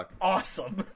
awesome